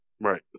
Right